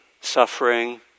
suffering